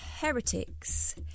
Heretics